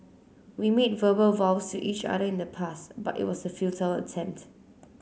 we made verbal vows to each other in the past but it was a futile attempt